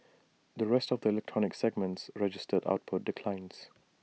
the rest of the electronics segments registered output declines